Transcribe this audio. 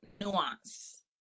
nuance